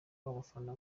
abafana